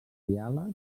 diàleg